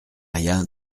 rien